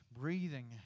breathing